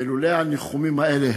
ולולא הניחומים האלה,